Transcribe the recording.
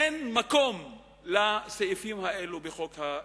אין מקום לסעיפים האלה בחוק ההסדרים.